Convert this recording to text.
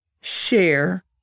Share